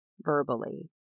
verbally